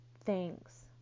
thanks